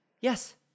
Yes